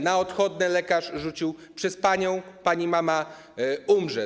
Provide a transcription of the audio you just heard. Na odchodne lekarz rzucił: przez panią pani mama umrze.